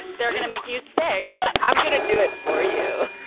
they're going to make you sick yeah i'm going to do it for you